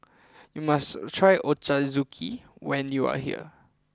you must try Ochazuke when you are here